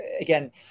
again